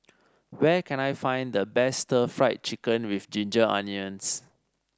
where can I find the best Stir Fried Chicken with Ginger Onions